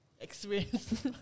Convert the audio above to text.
experience